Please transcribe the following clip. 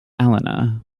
alana